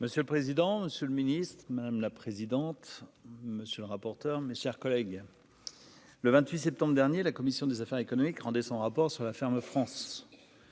Monsieur le président, Monsieur le Ministre, madame la présidente, monsieur le rapporteur, mes chers collègues, le 28 septembre dernier la commission des affaires économiques rendait son rapport sur la ferme France